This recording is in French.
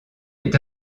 est